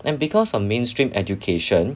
and because of mainstream education